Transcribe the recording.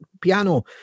piano